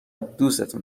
دوستون